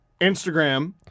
Instagram